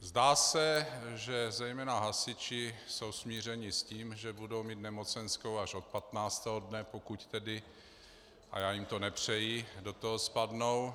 Zdá se, že zejména hasiči jsou smířeni s tím, že budou mít nemocenskou až od 15. dne, pokud tedy a já jim to nepřeji do toho spadnou.